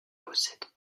possède